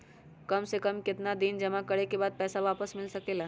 काम से कम केतना दिन जमा करें बे बाद पैसा वापस मिल सकेला?